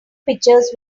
pictures